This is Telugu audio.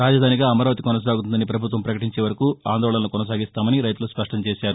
రాజధానిగా అమరావతి కొనసాగుతుందని పభుత్వం పకటించే వరకు ఆందోళనలు కొనసాగిస్తామని రైతులు స్పష్టం చేశారు